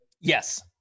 Yes